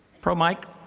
pro mic?